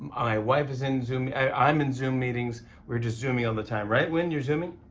my wife is in zoom. i'm in zoom meetings. we're just zooming all the time. right, win, you're zooming?